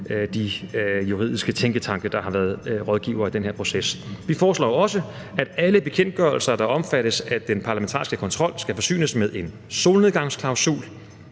de juridiske tænketanke, der har været rådgivere i den her proces. Vi foreslår også, at alle bekendtgørelser, der omfattes af den parlamentariske kontrol, skal forsynes med en solnedgangsklausul